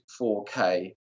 4K